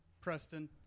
Preston